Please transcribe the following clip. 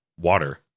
water